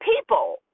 people